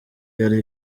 yari